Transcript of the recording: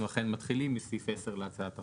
אנחנו אכן מתחילים מסעיף 10 להצעת החוק.